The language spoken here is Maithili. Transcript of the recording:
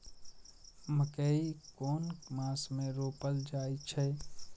मकेय कुन मास में रोपल जाय छै?